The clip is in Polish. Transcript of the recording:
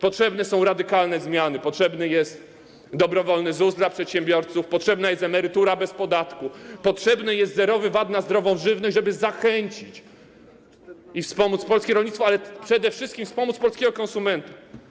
Potrzebne są radykalne zmiany: potrzebny jest dobrowolny ZUS dla przedsiębiorców, potrzebna jest emerytura bez podatku, potrzebny jest zerowy VAT na zdrową żywność, żeby zachęcić i wspomóc polskie rolnictwo, ale przede wszystkim wspomóc polskiego konsumenta.